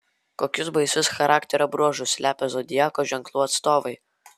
kokius baisius charakterio bruožus slepia zodiako ženklų atstovai